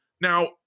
Now